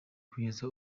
kugeza